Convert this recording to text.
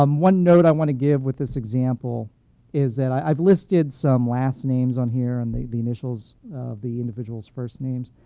um one note i want to give with this example is that i've listed some last names on here and the the initials on the individual's first names.